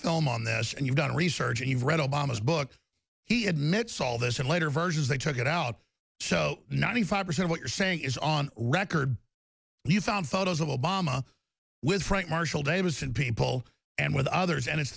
film on this and you've done research and you've read obama's book he admits all this in later versions they took it out so ninety five percent what you're saying is on record you found photos of obama with frank marshall davis and people and with others and it's